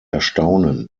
erstaunen